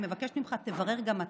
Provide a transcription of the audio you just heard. אני מבקשת ממך, תברר גם אתה,